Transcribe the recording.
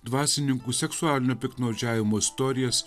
dvasininkų seksualinio piktnaudžiavimo istorijas